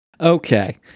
Okay